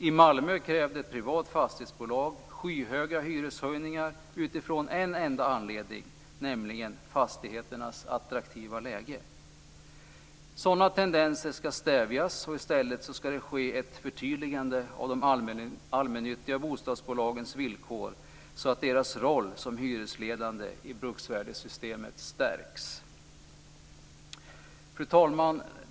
I Malmö krävde ett privat fastighetsbolag skyhöga hyreshöjningar utifrån en enda anledning, nämligen fastigheternas attraktiva läge. Sådana tendenser skall stävjas. I stället skall det ske ett förtydligande av de allmännyttiga bostadsbolagens villkor, så att deras roll som hyresledande i bruksvärdesystemet stärks. Fru talman!